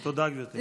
תודה, גברתי.